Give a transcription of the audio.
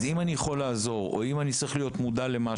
אז אם אני יכול לעזור באיזה אופן או אם אני צריך להיות מודע למשהו,